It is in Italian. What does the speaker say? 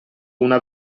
una